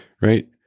right